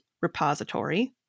repository